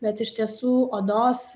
bet iš tiesų odos